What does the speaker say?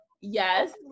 Yes